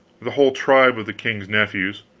the whole tribe of the king's nephews.